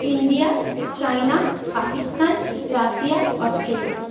India China Pakistan Russia Australia